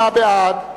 28 בעד,